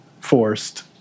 forced